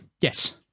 Yes